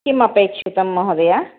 किम् अपेक्षितं महोदय